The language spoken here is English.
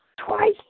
twice